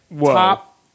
top